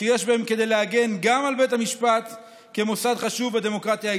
שיש בהן כדי להגן גם על בית המשפט כמוסד חשוב בדמוקרטיה הישראלית.